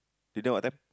dinner what time